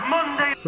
Monday